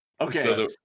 Okay